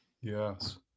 Yes